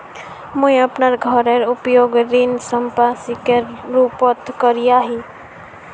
मुई अपना घोरेर उपयोग ऋण संपार्श्विकेर रुपोत करिया ही